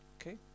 Okay